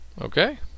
Okay